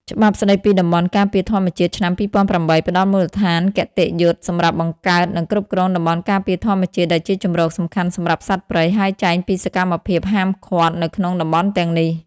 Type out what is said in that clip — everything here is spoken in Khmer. ច្បាប់ស្តីពីតំបន់ការពារធម្មជាតិ ឆ្នាំ ២០០៨ ផ្ដល់មូលដ្ឋានគតិយុត្តសម្រាប់បង្កើត និងគ្រប់គ្រងតំបន់ការពារធម្មជាតិ ដែលជាជម្រកសំខាន់សម្រាប់សត្វព្រៃ ហើយចែងពីសកម្មភាពហាមឃាត់នៅក្នុងតំបន់ទាំងនេះ។